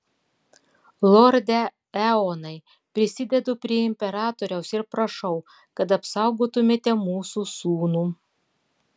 lorde eonai prisidedu prie imperatoriaus ir prašau kad apsaugotumėte mūsų sūnų